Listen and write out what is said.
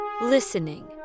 Listening